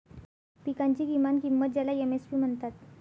पिकांची किमान किंमत ज्याला एम.एस.पी म्हणतात